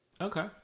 Okay